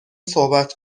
صحبت